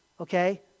okay